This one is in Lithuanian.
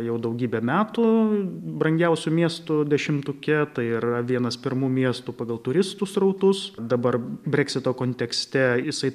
jau daugybę metų brangiausių miestų dešimtuke tai yra vienas pirmų miestų pagal turistų srautus dabar breksito kontekste jisai